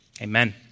Amen